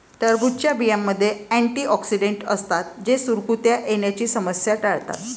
टरबूजच्या बियांमध्ये अँटिऑक्सिडेंट असतात जे सुरकुत्या येण्याची समस्या टाळतात